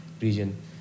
region